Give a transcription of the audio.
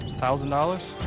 thousand dollars.